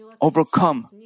overcome